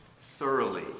thoroughly